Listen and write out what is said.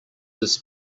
this